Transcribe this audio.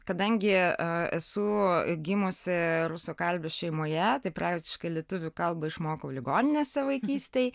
kadangi esu gimusi rusakalbių šeimoje tai praktiškai lietuvių kalbą išmokau ligoninėse vaikystėj